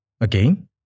again